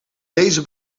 deze